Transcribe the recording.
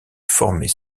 former